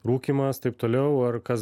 rūkymas taip toliau ar kas